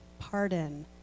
pardon